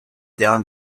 down